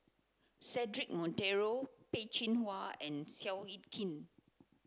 Cedric Monteiro Peh Chin Hua and Seow Yit Kin